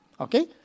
okay